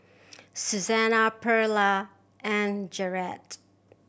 Susana Pearla and Garrett